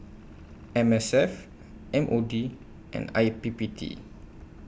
M S F M O D and I P P T